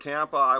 Tampa